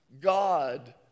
God